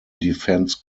defence